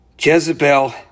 Jezebel